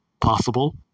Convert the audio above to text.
Possible